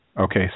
Okay